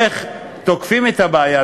איך תוקפים את הבעיה.